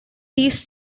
these